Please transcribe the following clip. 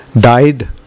died